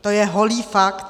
To je holý fakt.